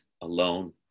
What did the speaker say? alone